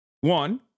one